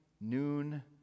noon